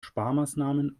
sparmaßnahmen